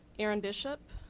aaron bishop